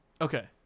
Okay